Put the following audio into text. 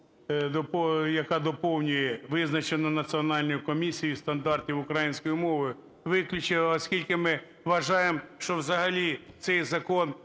яка доповнює "визначеного Національною комісією із стандартів української мови" виключити, оскільки ми вважаємо, що взагалі цей закон